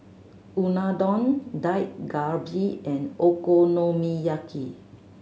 Unadon Dak Galbi and Okonomiyaki